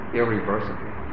irreversibly